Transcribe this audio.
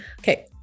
Okay